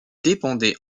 dépendait